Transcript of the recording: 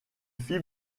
fit